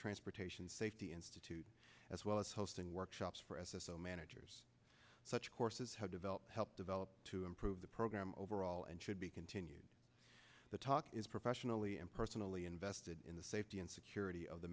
transportation safety institute as well as hosting workshops for s s so managers such courses have developed to help develop to improve the program overall and should be continued the talk is professionally and personally invested in the safety and security of the